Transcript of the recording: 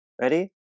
Ready